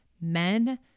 men